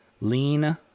lean